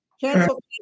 Cancel